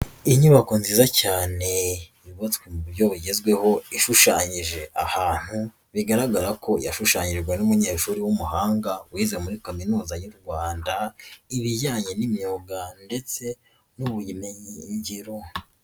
Inyubako nziza cyane yubatswe mu buryo bugezweho ishushanyije ahantu, bigaragara ko yashushanyijwe n'umunyeshuri w'umuhanga wize muri kaminuza y'u Rwanda, ibijyanye n'imyuga ndetse n'ubumenyingiro.